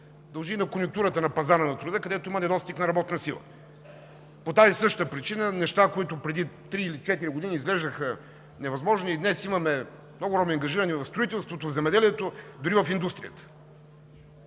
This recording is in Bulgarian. дължи и на конюнктурата на пазара на труда, където има недостиг на работна сила. По тази същата причина неща, които преди три или четири години изглеждаха невъзможни и днес имаме много роми, ангажирани в строителството, в земеделието, дори в индустрията.